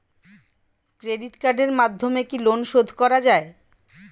Credit কার্ডের মাধ্যমে কি লোন শোধ করা যায়?